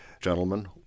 Gentlemen